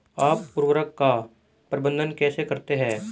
आप उर्वरक का प्रबंधन कैसे करते हैं?